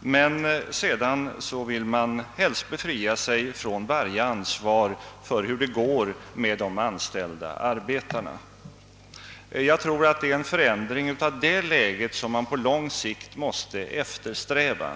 men sedan vill man helst befria sig från varje ansvar för hur det går med arbetarna. Det är en förändring av detta läge som man på lång sikt måste eftersträva.